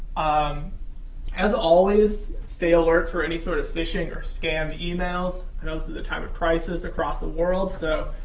um as always, stay alert for any sort of phishing or scam e-mails. i know this is a time of crisis across the world, so